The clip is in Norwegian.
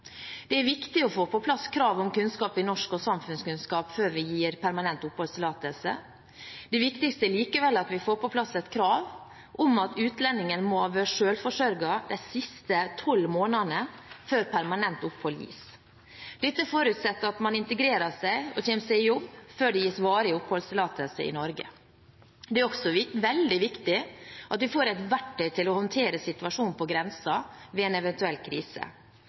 Det er viktig å få på plass krav om kunnskap i norsk og samfunnskunnskap før vi gir permanent oppholdstillatelse. Det viktigste er likevel at vi får på plass et krav om at utlendingen må ha vært selvforsørget de siste tolv månedene før permanent opphold gis. Dette forutsetter at man integrerer seg og kommer seg i jobb før det gis varig oppholdstillatelse i Norge. Det er også veldig viktig at vi får et verktøy til å håndtere situasjonen på grensen ved en eventuell krise.